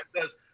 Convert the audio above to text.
says